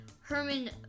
Herman